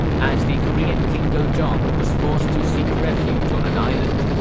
and the korean king gojong was forced to seek refuge on an island.